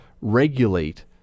regulate